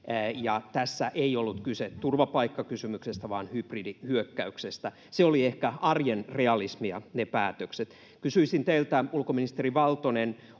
Tässä ei ollut kyse turvapaikkakysymyksestä vaan hybridihyökkäyksestä. Se oli ehkä arjen realismia, ne päätökset. Kysyisin teiltä, ulkoministeri Valtonen: